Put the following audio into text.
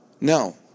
No